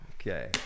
Okay